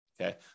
okay